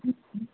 ఓ